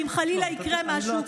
אם חלילה יקרה משהו,